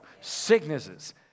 sicknesses